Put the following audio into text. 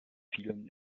vielen